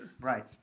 Right